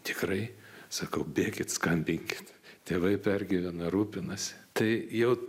tikrai sakau bėkit skambinkit tėvai pergyvena rūpinasi tai jau